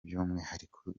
by’umwihariko